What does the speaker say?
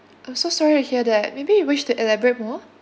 I'm so sorry to hear that maybe you wish to elaborate more